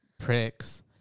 Pricks